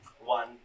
One